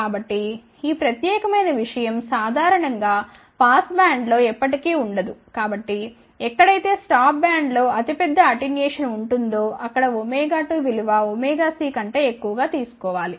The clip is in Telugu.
కాబట్టి ఈ ప్రత్యేకమైన విషయం సాధారణం గా పాస్బ్యాండ్లో ఎప్పటికీ ఉండదు కాబట్టిఎక్కడైతే స్టాప్ బ్యాండ్లో అతి పెద్ద అటెన్యుయేషన్ ఉంటుందో అక్కడ 2విలువ ωc కంటే ఎక్కువగా తీసుకోవాలి